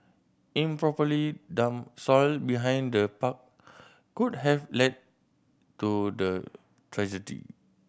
improperly dumped soil behind the park could have led to the tragedy